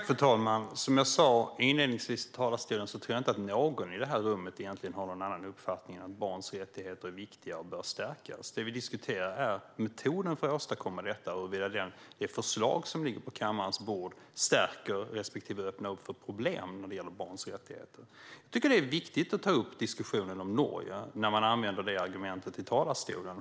Fru talman! Som jag sa inledningsvis i talarstolen tror jag inte att någon i det här rummet har någon annan uppfattning än att barns rättigheter är viktiga och bör stärkas. Det vi diskuterar är metoden för att åstadkomma detta och huruvida det förslag som ligger på kammarens bord stärker barns rättigheter respektive öppnar upp för problem. Det är viktigt att ta upp diskussionen om Norge, när det argumentet används i talarstolen.